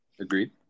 Agreed